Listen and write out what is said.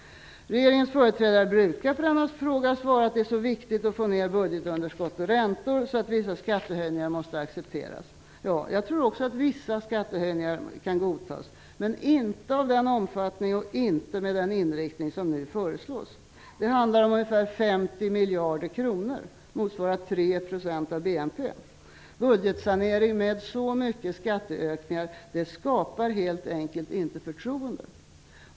Regeringens företrädare brukar på denna fråga svara att det är så viktigt att få ned budgetunderskott och räntor att vissa skattehöjningar måste accepteras. Jag tror också att vissa skattehöjningar kan godtas, men inte av den omfattning och inte med den inriktning som nu föreslås. Det handlar om ungefär 50 miljarder kronor, motsvarande 3 % av BNP. En budgetsanering med så mycket av skatteökningar skapar helt enkelt inte förtroende.